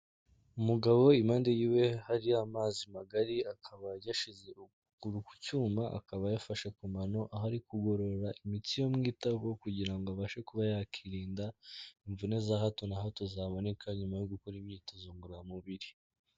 Umugabo impande yiwe hari amazi magari akaba yashyize ukuguru ku cyuma, akaba yafashe ku mano aho ari kugororera imitsi yo mu itako, kugira ngo abashe kuba yakwirinda imvune za hato na hato zaboneka nyuma yo gukora imyitozo ngororamubiri.